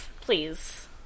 please